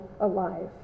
alive